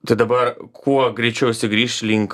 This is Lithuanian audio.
tai dabar kuo greičiau jisai grįš link